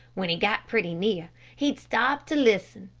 when he got pretty near, he'd stop to listen,